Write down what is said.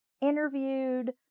interviewed